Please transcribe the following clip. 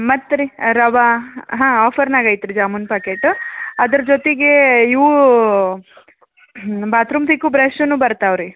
ಮತ್ತು ರೀ ರವೆ ಹಾಂ ಆಫರ್ನಾಗ ಐತ್ರಿ ಜಾಮೂನು ಪ್ಯಾಕೆಟ್ ಅದ್ರ ಜೊತೆಗೆ ಇವು ನಮ್ಮ ಬಾತ್ರೂಮ್ ತಿಕ್ಕು ಬ್ರಶನು ಬರ್ತಾವೆ ರೀ